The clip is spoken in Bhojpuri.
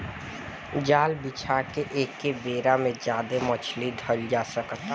जाल बिछा के एके बेरा में ज्यादे मछली धईल जा सकता